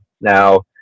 Now